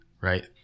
Right